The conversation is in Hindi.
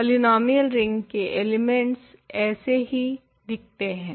पॉलीनोमियल रिंग के एलिमेंट्स ऐसे हही दीखते हैं